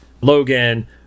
Logan